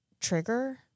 trigger